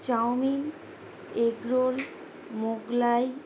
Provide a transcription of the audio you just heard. chowmein egg roll Mughlai